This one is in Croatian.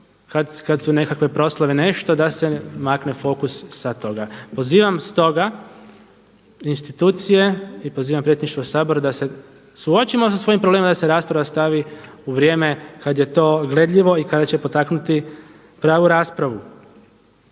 kada su nekakve proslave, nešto, da se makne fokus sa toga. Pozivam stoga institucije i pozivam Predsjedništvo Sabora da se suočimo sa svojim problemima da se rasprava stavi u vrijeme kada je to gledljivo i kada će potaknuti pravu raspravu.